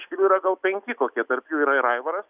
iš kurių gal penki kokie tarp jų yra ir aivaras